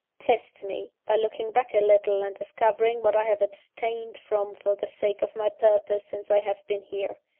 test me, by looking back a little, and discovering what i have abstained from for the sake of my purpose, since i have been here.